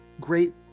great